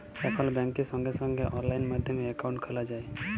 এখল ব্যাংকে সঙ্গে সঙ্গে অললাইন মাধ্যমে একাউন্ট খ্যলা যায়